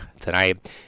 tonight